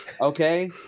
Okay